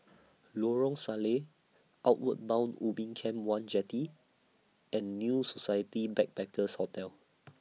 Lorong Salleh Outward Bound Ubin Camp one Jetty and New Society Backpackers' Hotel